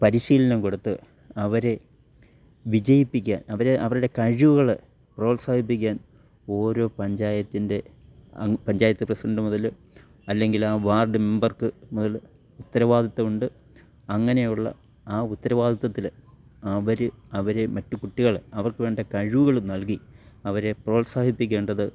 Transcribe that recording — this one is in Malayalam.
പരിശീലനം കൊടുത്ത് അവരേ വിജയിപ്പിക്കാൻ അവർ അവരുടെ കഴിവുകളെ പ്രോത്സാഹിപ്പിക്കാൻ ഓരോ പഞ്ചായത്തിൻ്റെ അങ്ങ് പഞ്ചായത്ത് പ്രസിഡൻറ്റ് മുതൽ അല്ലെങ്കിലാ വാർഡ് മെമ്പർക്കു മുതൽ ഉത്തരവാദിത്വമുണ്ട് അങ്ങനെ ഉള്ള ആ ഉത്തരവാദിത്വത്തിൽ അവർ അവരേ മറ്റു കുട്ടികൾ അവർക്കു വേണ്ട കഴിവുകൾ നൽകി അവരേ പ്രോത്സാഹിപ്പിക്കേണ്ടത്